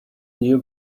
new